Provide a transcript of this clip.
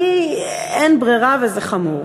כי אין ברירה וזה חמור.